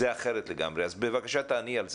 זה אחרת לגמרי, אז בבקשה תעני על זה.